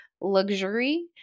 luxury